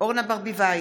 אורנה ברביבאי,